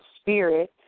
spirit